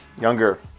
younger